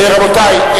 רבותי,